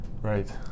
Right